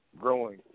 growing